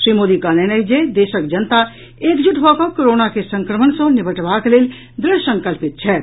श्री मोदी कहलनि अछि जे देशक जनता एकजुट भऽ कऽ कोरोना के संक्रमण सँ निबटबाक लेल दृढ़संकल्पित छथि